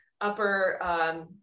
upper